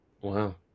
Wow